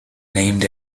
named